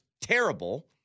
terrible